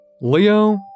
Leo